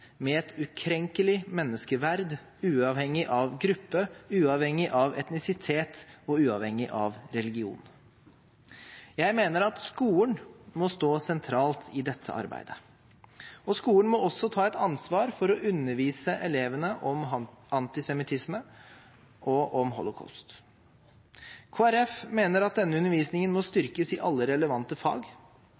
med et ukrenkelig menneskeverd uavhengig av gruppe, uavhengig av etnisitet og uavhengig av religion. Jeg mener at skolen må stå sentralt i dette arbeidet, og skolen må også ta et ansvar for å undervise elevene om antisemittisme og om holocaust. Kristelig Folkeparti mener at denne undervisningen må styrkes i alle relevante fag,